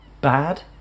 bad